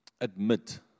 admit